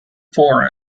for